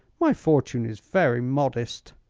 my fortune is very modest.